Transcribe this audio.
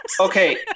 Okay